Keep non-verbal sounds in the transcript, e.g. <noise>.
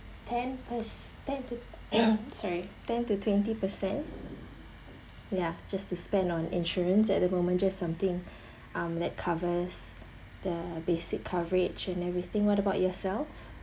ten per~ ten to <coughs> sorry ten to twenty per cent ya just to spend on insurance at the moment just something um that covers the basic coverage and everything what about yourself